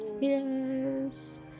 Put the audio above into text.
Yes